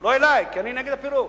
לא אלי, כי אני נגד הפירוק.